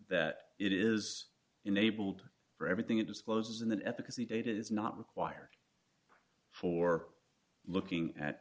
that it is enabled for everything it discloses in the efficacy data is not required for looking at